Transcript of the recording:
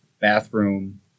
bathroom